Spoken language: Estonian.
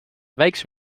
väikse